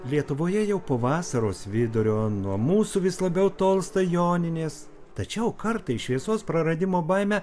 lietuvoje jau po vasaros vidurio nuo mūsų vis labiau tolsta joninės tačiau kartais šviesos praradimo baimę